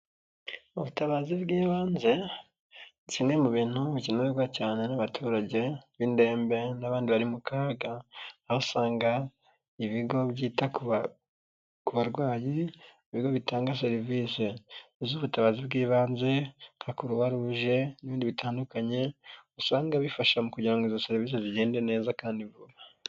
Ubutabazi bw'ibanze ni kimwe mu bintu bikenerwa cyane n'abaturage b'indembe, n'abandi bari mu kaga, aho usanga ibigo byita ku barwayi, ibigo bitanga serivisi z'ubutabazi bw'ibanze, Croix Rouge n'ibindi bitandukanye, usanga bifasha mu kugira ngo izo serivisi zigende neza kandi vuba.